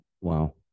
wow